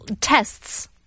tests